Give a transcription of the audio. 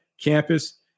campus